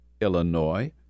Illinois